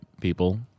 people